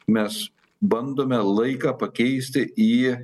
mes bandome laiką pakeisti į